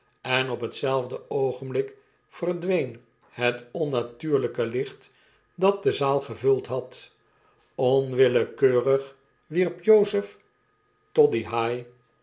en op hetzelfde oogenblik verdween het onnatuurlyke licht dat de m vervuld had onwillekeurig wierp jozef toddyhigh